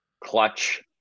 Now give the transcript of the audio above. Clutch